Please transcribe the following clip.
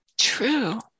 true